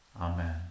Amen